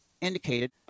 Indicated